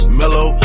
mellow